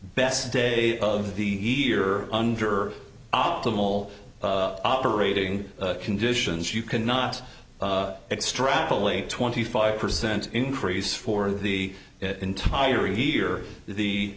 best day of the year under optimal up rating conditions you cannot extrapolate twenty five percent increase for the entire year the